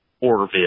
Orville